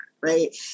right